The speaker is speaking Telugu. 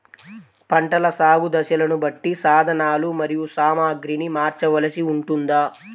పంటల సాగు దశలను బట్టి సాధనలు మరియు సామాగ్రిని మార్చవలసి ఉంటుందా?